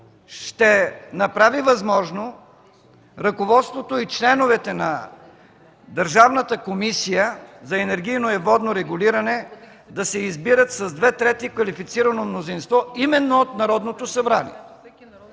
ще направи възможно ръководството и членовете на Държавната комисия за енергийно и водно регулиране да се избират с две трети квалифицирано мнозинство именно от Народното събрание?